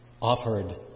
offered